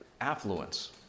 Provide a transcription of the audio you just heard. affluence